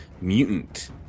Mutant